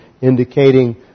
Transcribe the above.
indicating